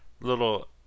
little